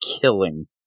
killing